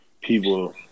people